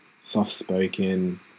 soft-spoken